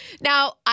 Now